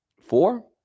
four